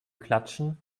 klatschen